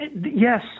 Yes